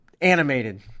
animated